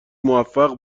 موفق